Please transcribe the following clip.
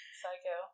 psycho